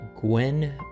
Gwen